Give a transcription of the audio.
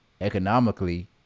economically